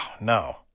no